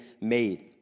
made